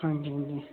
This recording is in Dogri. हां जी हां जी